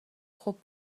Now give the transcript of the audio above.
خوب